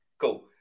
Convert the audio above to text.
Cool